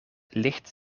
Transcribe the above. ligt